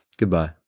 Goodbye